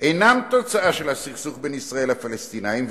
אינם תוצאה של הסכסוך בין ישראל לפלסטינים,